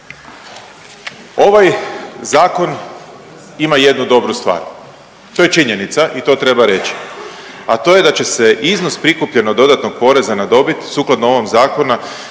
Ovaj zakon ima jednu dobru stvar. To je činjenica i to treba reći, a to je da će se iznos prikupljenog dodatnog poreza na dobit sukladno ovog zakona